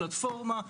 פלטפורמה.